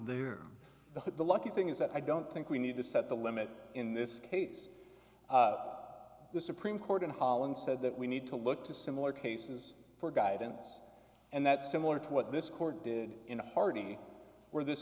what the lucky thing is that i don't think we need to set the limit in this case the supreme court in holland said that we need to look to similar cases for guidance and that's similar to what this court did in a party where this